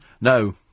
No